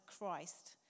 Christ